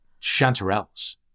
Chanterelles